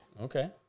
Okay